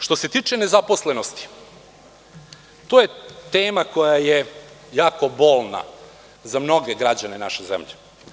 Što se tiče nezaposlenosti, to je tema koja je jako bolna za mnoge građane naše zemlje.